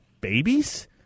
babies